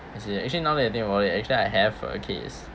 I see actually now that I think about it actually I have a case